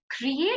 Create